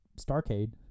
Starcade